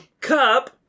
Cup